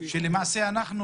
גם השגות שיש לנו,